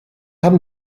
haben